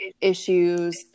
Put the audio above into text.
issues